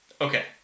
Okay